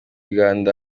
uganda